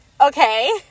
Okay